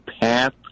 PATH